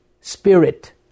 spirit